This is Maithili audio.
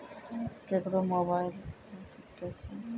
केकरो मोबाइल सऽ पैसा केनक भेजलो जाय छै?